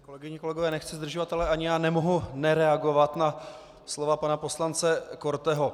Kolegyně, kolegové, nechci zdržovat, ale ani já nemohu nereagovat na slova pana poslance Korteho.